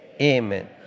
Amen